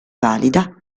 valida